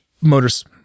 motors